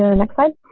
ah next slide.